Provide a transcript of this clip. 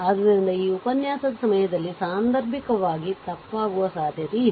ಆದ್ದರಿಂದ ಈ ಉಪನ್ಯಾಸದ ಸಮಯದಲ್ಲಿ ಸಾಂದರ್ಭಿಕವಾಗಿ ತಪ್ಪಾಗುವ ಸಾಧ್ಯತೆಯಿದೆ